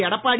Edappadi